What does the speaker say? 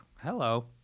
hello